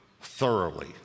thoroughly